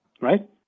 Right